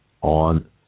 on